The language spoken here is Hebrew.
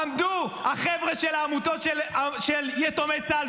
עמדו החבר'ה של העמותות של יתומי צה"ל.